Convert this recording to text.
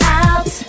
out